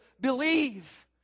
believe